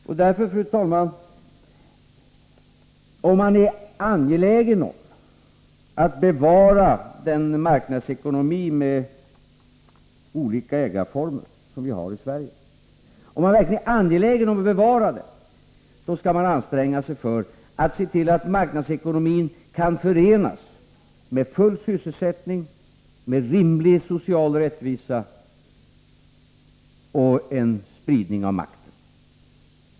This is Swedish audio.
Om man verkligen är angelägen om att bevara den marknadsekonomi med olika ägarformer som vi har i Sverige, då skall man anstränga sig för att se till att marknadsekonomin kan förenas med full sysselsättning, med rimlig social rättvisa och en spridning av makten.